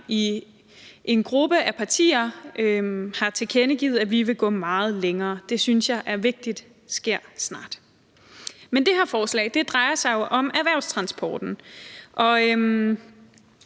i en gruppe af partier har tilkendegivet, at vi vil gå meget længere – det synes jeg er vigtigt sker snart. Men det her forslag drejer sig jo om erhvervstransporten